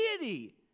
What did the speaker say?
deity